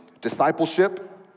discipleship